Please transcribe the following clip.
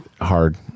hard